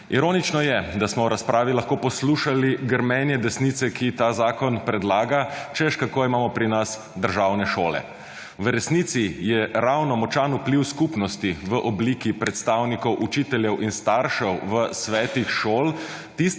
Ironično je, da smo v razpravi lahko poslušali grmenje desnice, ki ta zakon predlaga, češ, kako imamo pri nas državne šole. V resnici je ravno močan vpliv skupnosti v obliki predstavnikov učiteljev in staršev v svetih šol